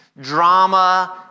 Drama